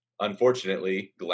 unfortunately